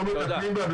לא מטפלים בה,